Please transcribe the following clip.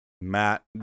Matt